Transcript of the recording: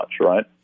right